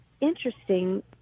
interesting